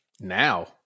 now